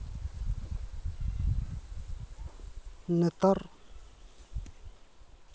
ᱱᱮᱛᱟᱨ